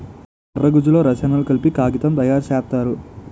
కర్ర గుజ్జులో రసాయనాలు కలిపి కాగితం తయారు సేత్తారు